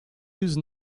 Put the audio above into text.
use